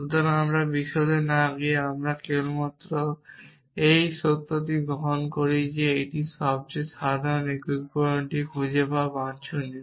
সুতরাং আবার বিশদে না গিয়ে আমরা কেবলমাত্র এই সত্যটি গ্রহণ করি যে এটি সবচেয়ে সাধারণ একীকরণকারীটি খুঁজে পাওয়া বাঞ্ছনীয়